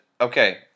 okay